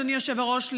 אדוני היושב-ראש,